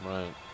Right